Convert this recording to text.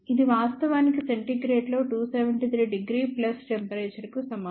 ఇది వాస్తవానికి సెంటీగ్రేడ్ లో 273° ప్లస్ టెంపరేచర్ కు సమానం